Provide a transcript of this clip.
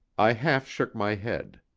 i half shook my head.